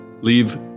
leave